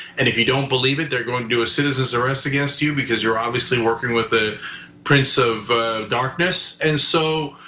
and if you don't believe it, they're going to do a citizen's arrest against you because you're obviously working with the prince of darkness. and so